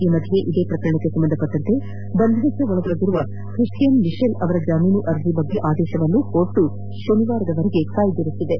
ಈ ಮಧ್ಯೆ ಇದೇ ಪ್ರಕರಣಕ್ಕೆ ಸಂಬಂಧಿಸಿದಂತೆ ಬಂಧನಕ್ಕೆ ಒಳಗಾಗಿರುವ ಕ್ರಿಸ್ಟಿಯನ್ ಮಿಶೇಲ್ ಅವರ ಜಾಮೀನು ಅರ್ಜಿ ಕುರಿತೆ ಆದೇಶವನ್ನು ನ್ಯಾಯಲಯೆ ಶನಿವಾರಕ್ಕೆ ಕಾಯ್ದಿರಿಸಿದೆ